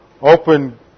Open